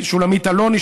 שולמית אלוני,